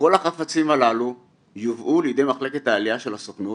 'כל החפצים הללו יובאו לידי מחלקת העלייה של הסוכנות